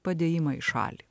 padėjimą į šalį